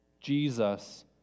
Jesus